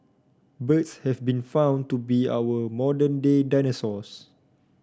birds have been found to be our modern day dinosaurs